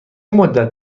مدت